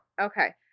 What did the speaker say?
okay